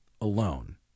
alone